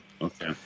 Okay